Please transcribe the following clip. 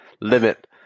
limit